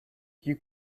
you